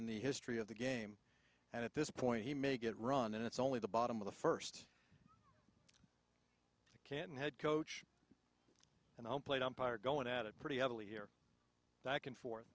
in the history of the game and at this point he may get run and it's only the bottom of the first can head coach and home plate umpire going at it pretty heavily here back and forth